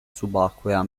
subacquea